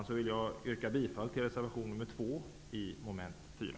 Med det vill jag yrka bifall till reservation 2 i mom. 4.